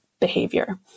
behavior